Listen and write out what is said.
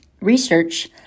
research